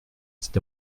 cet